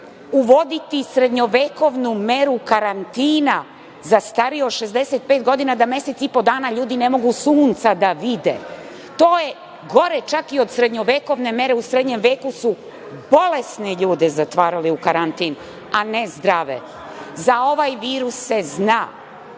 uvoditi srednjovekovnu meru karantina za starije od 65 godina da mesec i po dana ljudi ne mogu sunca da vide. To je gore čak i od srednjovekovne mere. U srednjem veku su bolesne ljude zatvarali u karantin, a ne zdrave. Za ovaj virus se zna,